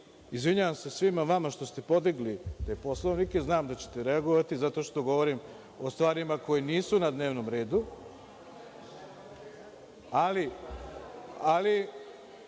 Izvinjavam se svima vama što ste podigli te Poslovnike, znam da ćete reagovati zato što govorim o stvarima koje nisu na dnevnom redu, ali